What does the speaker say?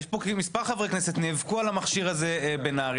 יש פה מספר חברי כנסת שנאבקו על המכשיר הזה בנהריה,